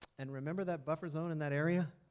and remember that buffer zone in that area?